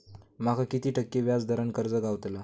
माका किती टक्के व्याज दरान कर्ज गावतला?